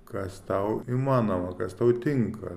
kas tau įmanoma kas tau tinka